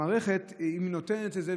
המערכת נותנת את זה,